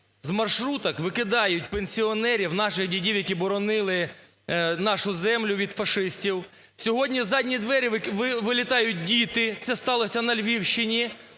З маршруток викидають пенсіонерів, наших дідів, які боронили нашу землю від фашистів. Сьогодні в задні двері вилітають діти (це сталося на Львівщині),